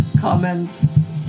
comments